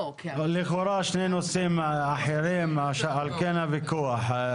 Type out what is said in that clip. לכאורה שני נושאים אחרים, על כן הוויכוח.